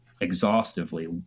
exhaustively